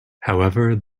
however